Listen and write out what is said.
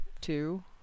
Two